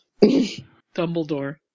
Dumbledore